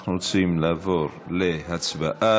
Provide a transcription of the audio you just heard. אנחנו רוצים לעבור להצבעה.